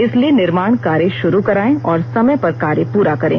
इसलिए निर्माण कार्य शुरू कराए और समय पर कार्य पूरा करें